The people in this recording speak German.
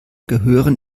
gehören